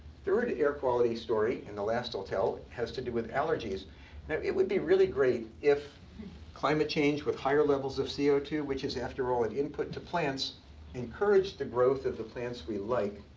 third air quality story and the last i'll tell has to do with allergies. now it would be really great if climate change with higher levels of c o two which is, after all, an input to plants encouraged the growth of the plants we like,